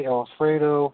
Alfredo